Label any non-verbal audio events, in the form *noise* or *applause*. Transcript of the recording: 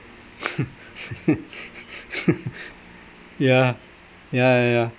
*laughs* ya ya ya ya